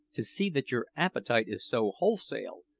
to see that your appetite is so wholesale,